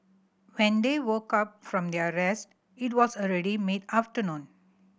when they woke up from their rest it was already mid afternoon